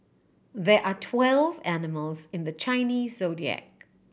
there are twelve animals in the Chinese Zodiac